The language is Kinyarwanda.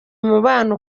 umubano